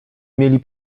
mieli